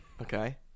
Okay